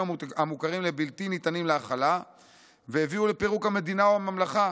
המוכרים בלתי ניתנים להכלה והביאו לפירוק המדינה או הממלכה?